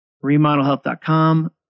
Remodelhealth.com